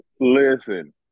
listen